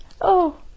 Oh